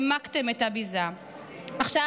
הרי רגע אחרי האסון העמקתם את הביזה במקום לחשב מסלול מחדש.